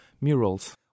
murals